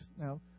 Now